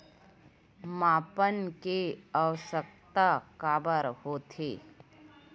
मापन के आवश्कता काबर होथे?